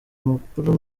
amakuru